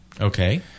Okay